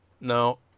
Now